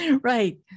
right